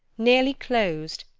nearly closed,